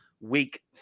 week